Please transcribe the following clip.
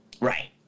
Right